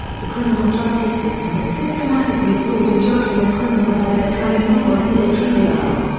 the criminal justice system is systematically flawed in judging a criminal by their color not by who they truly are.